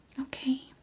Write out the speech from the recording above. Okay